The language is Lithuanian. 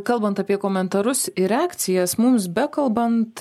kalbant apie komentarus ir reakcijas mums bekalbant